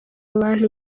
abantu